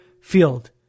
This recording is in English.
field